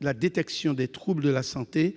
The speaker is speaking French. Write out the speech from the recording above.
la détection des troubles de la santé,